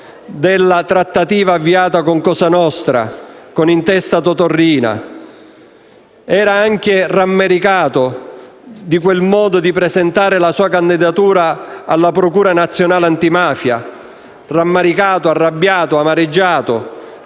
della trattativa avviata con cosa nostra, con in testa Totò Riina. Era anche rammaricato di quel modo di presentare la sua candidatura alla procura nazionale antimafia. Rammaricato, arrabbiato e amareggiato,